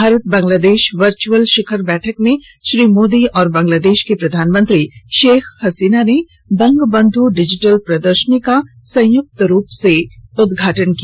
Bharat Bangladesh virtual शिखर बैठक में श्री मोदी और बांग्लादेश की प्रधानमंत्री शेख हसीना ने बंग बंध् डिजिटल प्रदर्शनी का संयुक्त रूप से उद्घाटन किया